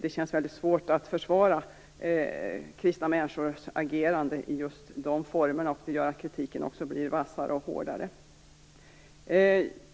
Det känns väldigt svårt att försvara kristna människors agerande i just de formerna. Det gör att kritiken blir vassare och hårdare.